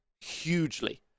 hugely